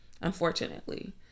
unfortunately